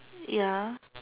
ya